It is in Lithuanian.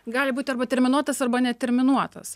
gali būti arba terminuotas arba neterminuotas